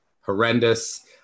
horrendous